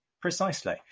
Precisely